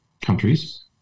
countries